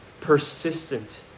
persistent